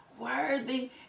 worthy